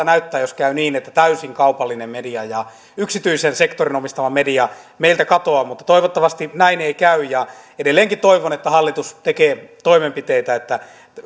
näyttää jos käy niin että täysin kaupallinen media ja yksityisen sektorin omistama media meiltä katoaa mutta toivottavasti näin ei käy ja edelleenkin toivon että hallitus tekee toimenpiteitä että